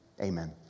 Amen